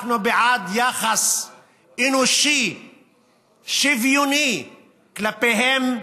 אנחנו בעד יחס אנושי ושוויוני כלפיהם.